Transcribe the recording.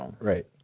right